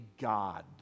God